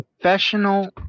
professional